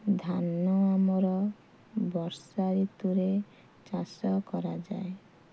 ଧାନ ଆମର ବର୍ଷା ଋତୁରେ ଚାଷ କରାଯାଏ